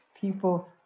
People